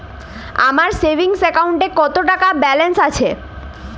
আমার সেভিংস অ্যাকাউন্টে কত টাকা ব্যালেন্স আছে?